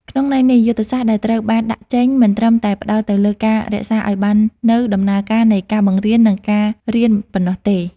ក្នុងន័យនេះ យុទ្ធសាស្ត្រដែលត្រូវបានដាក់ចេញមិនត្រឹមតែផ្តោតទៅលើការរក្សាឱ្យបាននូវដំណើរការនៃការបង្រៀន និងការរៀនប៉ុណ្ណោះទេ។